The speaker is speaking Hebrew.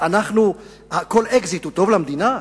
כל אקזיט הוא טוב למדינה?